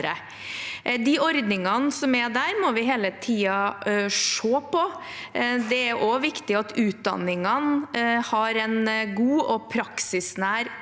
De ordningene som er der, må vi hele tiden se på. Det er også viktig at utdanningene har en god og praksisnær